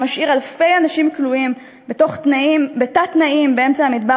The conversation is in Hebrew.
שמשאיר אלפי אנשים כלואים בתת-תנאים באמצע המדבר,